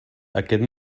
aquest